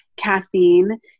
caffeine